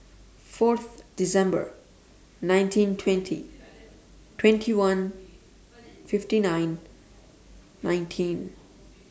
four December nineteen twenty twenty one fifty nine nineteen